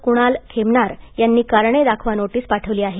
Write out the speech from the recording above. क्णाल खेमनार यांनी कारणे दाखवा नोटीस पाठवली आहे